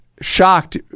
shocked